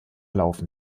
laufen